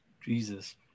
Jesus